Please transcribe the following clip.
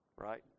Right